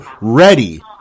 ready